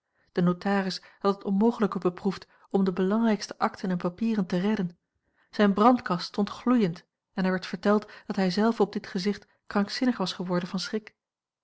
de notaris had het a l g bosboom-toussaint langs een omweg onmogelijke beproefd om de belangrijkste akten en papieren te redden zijne brandkast stond gloeiend en er werd verteld dat hij zelf op dit gezicht krankzinnig was geworden van schrik